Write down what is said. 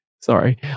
Sorry